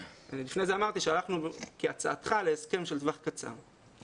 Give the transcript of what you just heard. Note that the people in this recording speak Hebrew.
לפני כן אמרתי שהלכנו כהצעתך להסכם של טווח קצר.